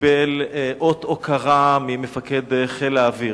קיבל אות הוקרה ממפקד חיל האוויר.